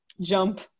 Jump